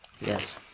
Yes